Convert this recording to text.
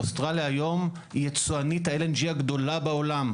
שהיא יצואנית ה- -- הגדולה בעולם.